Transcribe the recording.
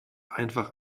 einfach